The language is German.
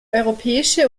europäische